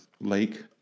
Lake